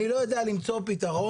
אני לא יודע למצוא פתרון,